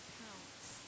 counts